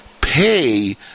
pay